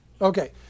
Okay